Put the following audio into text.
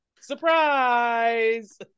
Surprise